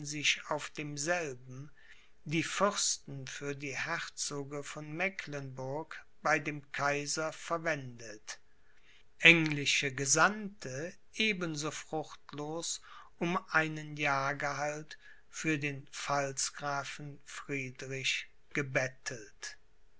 sich auf demselben die fürsten für die herzoge von mecklenburg bei dem kaiser verwendet englische gesandte eben so fruchtlos um einen jahrgehalt für den pfalzgrafen friedrich gebettelt